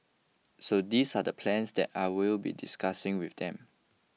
so these are the plans that I will be discussing with them